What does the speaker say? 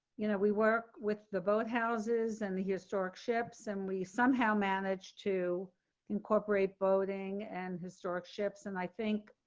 you know, we work with the vote houses and the historic ships and we somehow managed to incorporate boating and historic ships and i think